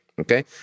Okay